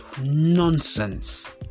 nonsense